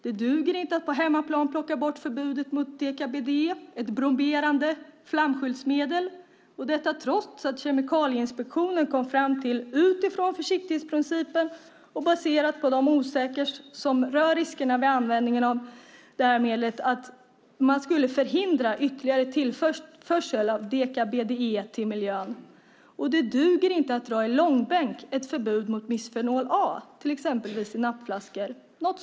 Det duger inte att på hemmaplan plocka bort förbudet mot deka-BDE, ett bromerat flamskyddsmedel, och detta trots att Kemikalieinspektionen utifrån försiktighetsprincipen och baserat på de osäkerheter som rör riskerna vid användning av det här medlet, kommit fram till att man skulle förhindra ytterligare tillförsel av deka-BDE till miljön. Det duger inte att dra ett förbud mot bisfenol A, till exempel i nappflaskor, i långbänk.